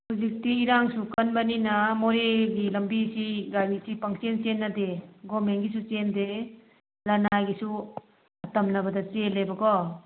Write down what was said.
ꯍꯧꯖꯤꯛꯇꯤ ꯏꯔꯥꯡꯁꯨ ꯀꯟꯕꯅꯤꯅ ꯃꯣꯔꯦꯒꯤ ꯂꯝꯕꯤꯁꯤ ꯒꯥꯔꯤꯁꯤ ꯄꯪꯆꯦꯟ ꯆꯦꯟꯅꯗꯦ ꯒꯣꯚ꯭ꯔꯟꯃꯦꯟꯒꯤꯁꯨ ꯆꯦꯟꯗꯦ ꯂꯅꯥꯏꯒꯤꯁꯨ ꯇꯝꯅꯕꯗ ꯆꯦꯜꯂꯦꯕꯀꯣ